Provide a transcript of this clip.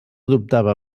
dubtava